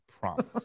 promise